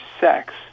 sex